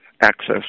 access